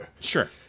Sure